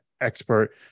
expert